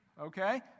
Okay